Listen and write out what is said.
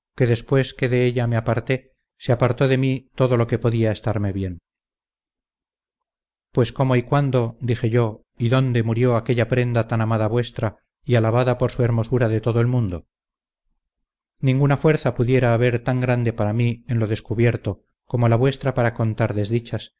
que después que de ella me aparté se apartó de mí todo lo que podía estarme bien pues cómo y cuándo dije yo y dónde murió aquella prenda tan amada vuestra y alabada por su hermosura de todo el mundo ninguna fuerza pudiera haber tan grande para mí en lo descubierto como la vuestra para contar desdichas